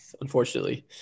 Unfortunately